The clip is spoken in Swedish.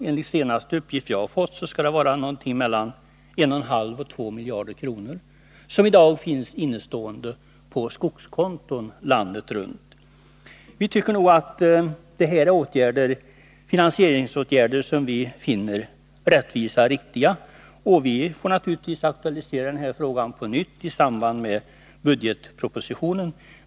Enligt de senaste uppgifter som jag har fått skall det i dag finnas mellan 1,5 och 2 miljarder kronor innestående på skogskonton landet runt. Vi finner de här finansieringsåtgärderna rättvisa och riktiga, och vi får naturligtvis aktualisera frågan på nytt i samband med behandlingen av budgetpropositionen.